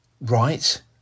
right